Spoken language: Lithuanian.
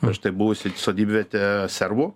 prieš tai buvusi sodybvietė serbų